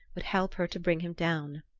would help her to bring him down.